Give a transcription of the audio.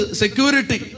security